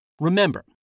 Remember